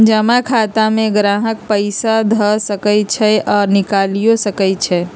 जमा खता में गाहक पइसा ध सकइ छइ आऽ निकालियो सकइ छै